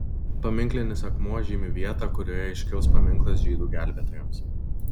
paminklinis akmuo žymi vietą kurioje iškils paminklas žydų gelbėtojams